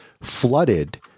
flooded